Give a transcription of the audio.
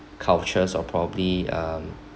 cultures or probably um